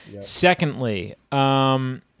Secondly